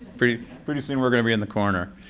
pretty pretty soon we're gonna be in the corner.